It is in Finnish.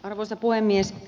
arvoisa puhemies